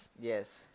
Yes